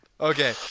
Okay